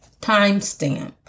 timestamp